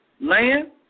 Land